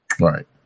Right